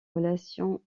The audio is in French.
relations